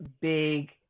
big